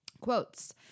Quotes